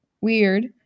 weird